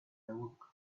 book